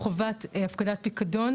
חובת הפקדת פיקדון,